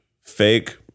fake